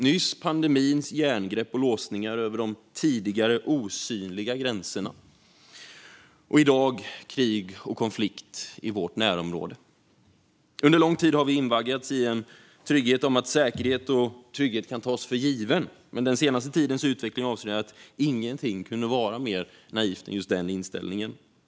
Nyss såg vi pandemins järngrepp och låsningar över de tidigare osynliga gränserna - i dag ser vi krig och konflikt i vårt närområde. Under lång tid har vi invaggats i en falsk visshet att säkerhet och trygghet kan tas för given, men den senaste tidens utveckling avslöjar att ingenting kunde vara mer naivt än just den inställningen.